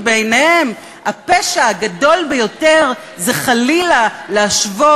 כי יום אחרי שבג"ץ פסל את מתווה הגז וסתם את הגולל על הניסיון להפוך את